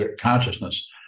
consciousness